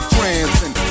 Transcend